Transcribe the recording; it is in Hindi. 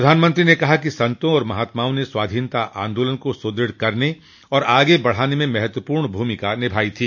प्रधानमंत्री ने कहा कि संतों और महात्माओं ने स्वाधीनता आंदोलन को सुदृढ़ करने और आगे बढ़ाने में महत्वपूर्ण भूमिका निभाई थी